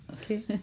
Okay